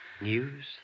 News